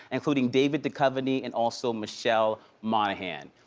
including david duchovny and also michelle monaghan.